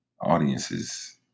audience's